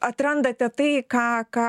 atrandate tai ką ką